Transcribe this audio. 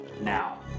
now